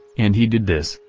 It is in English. and he did this,